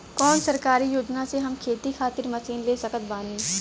कौन सरकारी योजना से हम खेती खातिर मशीन ले सकत बानी?